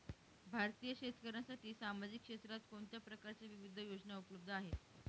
भारतीय शेतकऱ्यांसाठी सामाजिक क्षेत्रात कोणत्या प्रकारच्या विविध योजना उपलब्ध आहेत?